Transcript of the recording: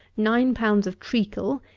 nine pounds of treacle,